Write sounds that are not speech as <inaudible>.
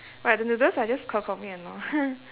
but the noodles are just ke kou mian lor <laughs>